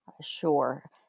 Sure